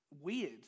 weird